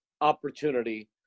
opportunity